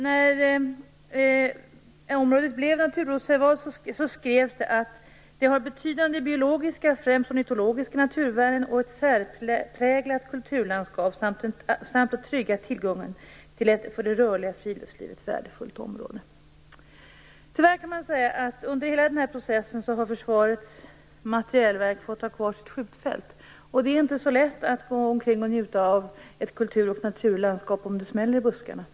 När området blev naturreservat framhölls det att det har betydande biologiska, främst ornitologiska, naturvärden och ett särpräglat kulturlandskap samt tryggar tillgången till ett för det rörliga friluftslivet värdefullt område. Under hela den här processen har Försvarets materielverk tyvärr fått ha kvar sitt skjutfält. Det är inte så lätt att gå omkring och njuta av ett kultur och naturlandskap, om det smäller i buskarna.